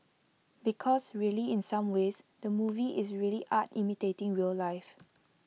because really in some ways the movie is really art imitating real life